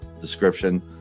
description